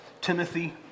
Timothy